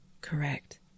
Correct